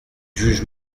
juge